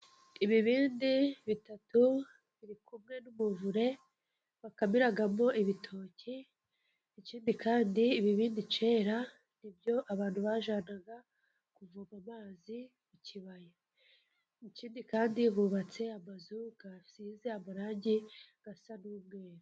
Ibibindi bitatu biri kumwe n'ubuvure bakamiramo ibitoki ikindi kandi ibibindi kera nibyo abantu bajyanaga kuvoma amazi mu kibaya, ikindi kandi hubatse amazu asize amarangi asa n'umweru.